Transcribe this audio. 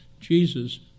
Jesus